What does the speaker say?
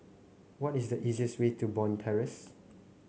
what is the easiest way to Bond Terrace